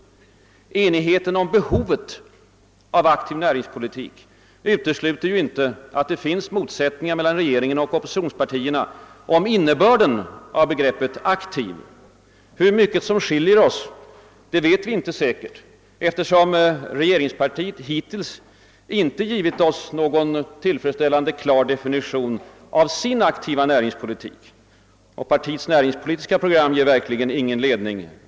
Enigheten om behovet av en aktiv näringspolitik utesluter ju inte att det finns motsättningar mellan regeringen och oppositionspartierna om innebörden av begreppet »aktiv». Hur mycket som skiljer oss vet vi inte säkert, eftersom regeringspartiet hittills inte givit oss någon tillfredsställande och klar definition av sin aktiva näringspolitik, och partiets näringspolitiska program ger verkligen ingen ledning.